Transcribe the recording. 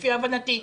לפי הבנתי.